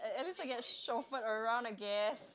unless I get chauffeured around I guess